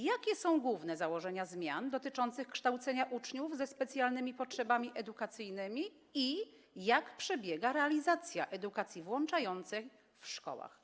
Jakie są główne założenia zmian dotyczących kształcenia uczniów ze specjalnymi potrzebami edukacyjnymi i jak przebiega realizacja edukacji włączającej w szkołach?